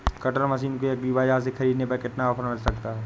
Cutter machine को agri बाजार से ख़रीदने पर कितना ऑफर मिल सकता है?